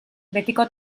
betiko